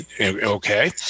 Okay